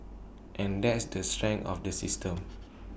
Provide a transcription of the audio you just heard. and that's the strength of the system